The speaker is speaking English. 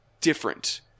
different